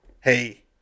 hey